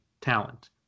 talent